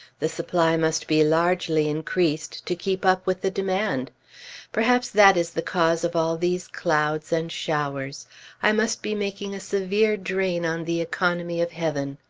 the supply must be largely increased, to keep up with the demand perhaps that is the cause of all these clouds and showers i must be making a severe drain on the economy of heaven.